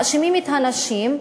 מאשימים את הנשים,